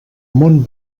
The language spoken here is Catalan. món